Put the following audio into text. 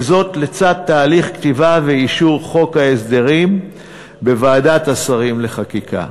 וזה לצד תהליך כתיבה ואישור חוק ההסדרים בוועדת השרים לחקיקה.